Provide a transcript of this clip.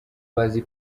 bazi